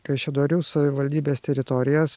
kaišiadorių savivaldybės teritorijos